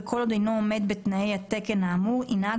וכל עוד אינו עומד בתנאי התקן האמור ינהג